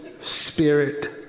spirit